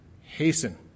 hasten